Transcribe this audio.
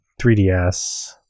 3DS